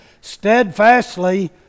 steadfastly